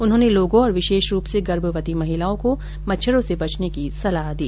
उन्होंने लोगों और विशेष रूप से गर्भवती महिलाओं को मच्छरों से बचने की सलाह दी